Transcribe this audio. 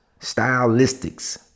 Stylistics